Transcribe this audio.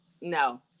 No